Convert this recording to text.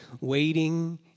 Waiting